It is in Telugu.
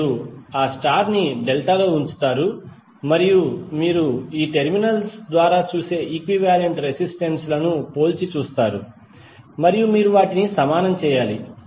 మీరు ఆ స్టార్ ని డెల్టా లో ఉంచుతారు మరియు మీరు ఈ టెర్మినల్ స్ ద్వారా చూసే ఈక్వివాలెంట్ రెసిస్టెన్స్ లను పోల్చి చూస్తారు మరియు మీరు వాటిని సమానం చేయాలి